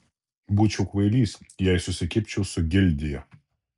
būčiau kvailys jei susikibčiau su gildija